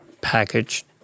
package